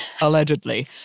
Allegedly